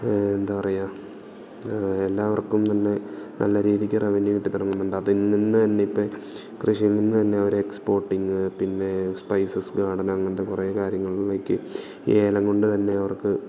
എന്താ പറയുക എല്ലാവർക്കും തന്നെ നല്ല രീതിക്ക് റവന്യൂ കിട്ടിത്തുടങ്ങുന്നുണ്ട് അതിൽനിന്ന് തന്നെ ഇപ്പം കൃഷിയിൽനിന്ന് തന്നെ അവർ എക്സ്പോർട്ടിങ് പിന്നെ സ്പൈസസ് ഗാർഡന് അങ്ങനത്തെ കുറേ കാര്യങ്ങളിലേക്ക് ഈ ഏലം കൊണ്ട് തന്നെ അവർക്ക്